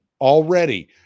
already